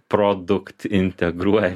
produkt integruoja